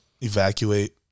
evacuate